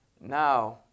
Now